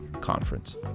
Conference